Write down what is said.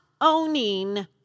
owning